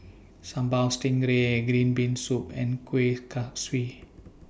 Sambal Dtingray Green Bean Soup and Kuih Kaswi